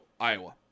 Iowa